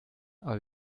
aber